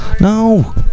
No